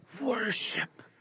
Worship